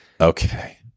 Okay